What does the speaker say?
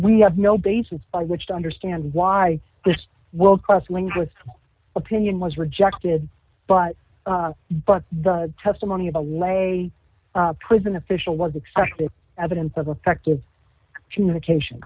we have no basis with which to understand why this world class linguist opinion was rejected but but the testimony of a lay prison official was expected evidence of affective communication